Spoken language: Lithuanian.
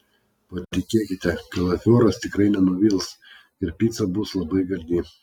patikėkite kalafioras tikrai nenuvils ir pica bus labai gardi